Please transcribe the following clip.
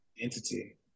entity